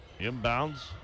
Inbounds